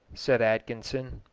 said atkinson.